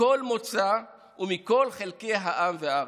מכל מוצא ומכל חלקי העם והארץ.